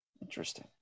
Interesting